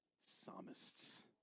psalmists